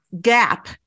gap